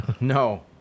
No